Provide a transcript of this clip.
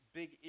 big